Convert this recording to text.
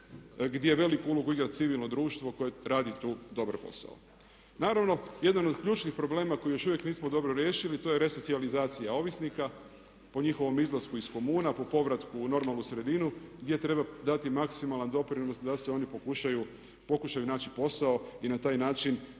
gdje veliku ulogu igra civilno društvo koje radi tu dobar posao. Naravno, jedan od ključnih problema koji još uvijek nismo dobro riješili to je resocijalizacija ovisnika po njihovom izlasku iz komuna, po povratku u normalnu sredinu gdje treba dati maksimalan doprinos da se oni pokušaju naći posao i na taj način